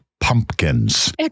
pumpkins